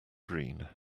green